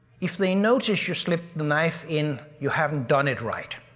if they notice you slip the knife in, you haven't done it right.